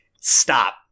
stop